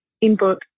input